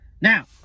now